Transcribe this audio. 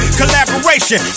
collaboration